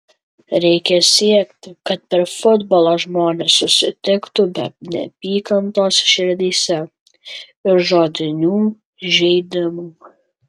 reikia siekti kad per futbolą žmonės susitiktų be neapykantos širdyse ir žodinių žeidimų